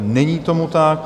Není tomu tak.